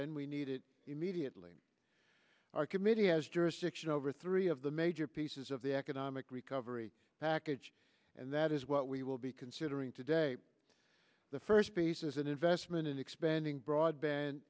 and we need it immediately our committee has jurisdiction over three of the major pieces of the economic recovery package and that is what we will be considering today the first piece is an investment in expanding broadband